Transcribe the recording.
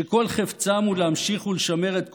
שכל חפצם הוא להמשיך ולשמר את כוחם,